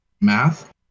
math